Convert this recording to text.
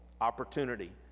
opportunity